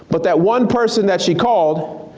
but that one person that she called